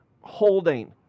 holding